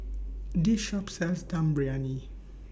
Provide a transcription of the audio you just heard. This Shop sells Dum Briyani